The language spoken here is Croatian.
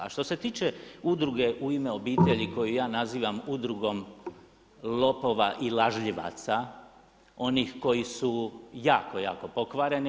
A što se tiče udruge U ime obitelji, koju ja nazivam udrugom lopova i lažljivaca onih koji su jako jako pokvareni.